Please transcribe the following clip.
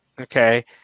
Okay